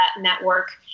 network